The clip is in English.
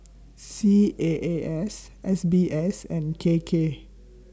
C A A S S B S and K K